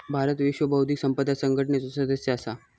भारत विश्व बौध्दिक संपदा संघटनेचो सदस्य असा